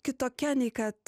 kitokia nei kad